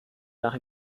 nach